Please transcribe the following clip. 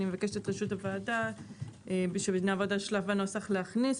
אני מבקשת את רשות הוועדה בשביל שנעבוד על שלב הנוסח להכניס.